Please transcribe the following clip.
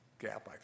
gap